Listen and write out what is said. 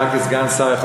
כלכלה, כן.